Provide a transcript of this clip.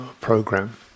program